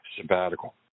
sabbatical